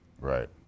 Right